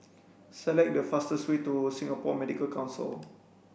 select the fastest way to Singapore Medical Council